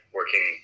working